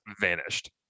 vanished